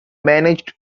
managed